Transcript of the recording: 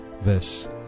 verse